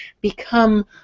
become